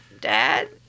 dad